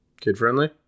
Kid-friendly